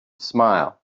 smile